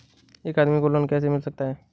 एक आदमी को लोन कैसे मिल सकता है?